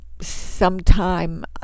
sometime